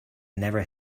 never